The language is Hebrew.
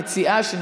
המציעה,